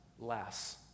less